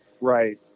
right